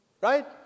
Right